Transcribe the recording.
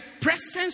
presence